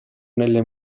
nelle